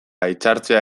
hitzartzea